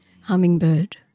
hummingbird